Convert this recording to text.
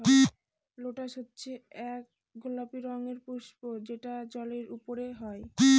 lotus হচ্ছে এক গোলাপি রঙের পুস্প যেটা জলের ওপরে হয়